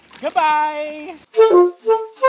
Goodbye